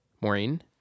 Maureen